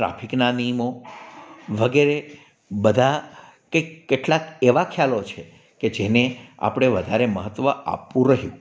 ટ્રાફિકનાં નિયમો વગેરે બધાં કે કેટલાક એવા ખ્યાલો છે કે જેને આપણે વધારે મહત્ત્વ આપવું રહ્યું